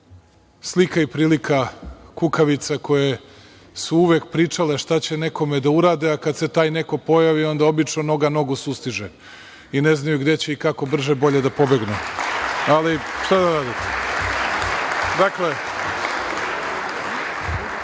slika i prilika kukavica koje su uvek pričale šta će nekome da urade, a kada se taj neko pojavi, onda obično noga nogu sustiže i ne znaju gde će i kako brže bolje da pobegnu, ali šta da radite? Dakle,